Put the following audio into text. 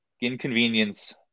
inconvenience